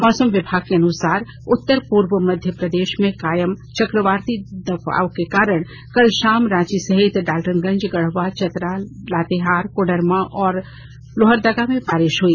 मौसम विभाग के अनुसार उत्तर पूर्व मध्य प्रदेश में कायम चकवाती दबाव के कारण कल शाम रांची सहित डाल्टनगंज गढ़वा चतरा लातेहार कोडरमा और लोहरदगा में बारिश हुई